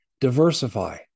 Diversify